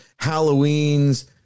halloweens